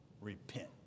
repent